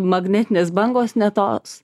magnetinės bangos ne tos